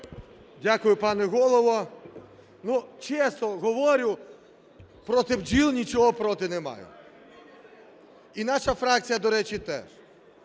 Дякую, пане Голово. Ну, чесно говорю, проти бджіл нічого проти не маю. І наша фракція, до речі, теж.